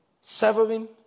Severing